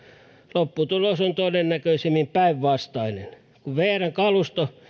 lopputulos on todennäköisemmin päinvastainen kun vrn kalusto